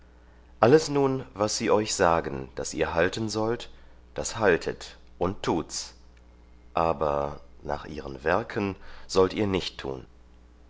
alles nun was sie euch sagen daß ihr halten sollt das haltet und tut's aber nach ihren werken sollt ihr nicht tun